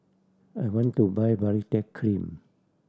I want to buy Baritex Cream